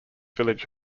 village